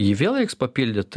jį vėl reiks papildyt